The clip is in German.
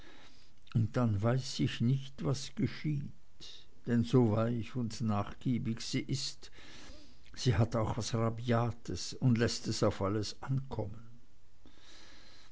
und dann weiß ich nicht was geschieht denn so weich und nachgiebig sie ist sie hat auch was rabiates und läßt es auf alles ankommen